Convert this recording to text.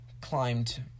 climbed